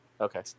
Okay